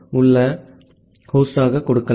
ஆகவே இப்போது முதலில் சேவையகத்தை இயக்குவோம்